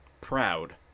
proud